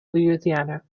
louisiana